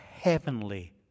heavenly